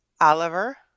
Oliver